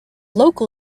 local